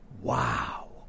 wow